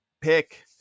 pick